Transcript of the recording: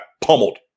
pummeled